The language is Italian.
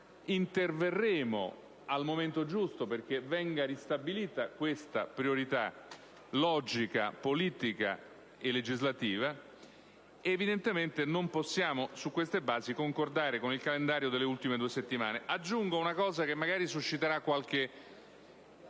interverremo al momento giusto affinché venga ristabilita questa priorità logica, politica legislativa. Non possiamo, su queste basi, concordare con il calendario delle ultime due settimane. Aggiungo qualcosa che probabilmente susciterà qualche